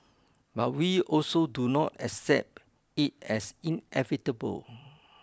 but we also do not accept it as inevitable